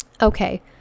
Okay